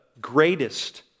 greatest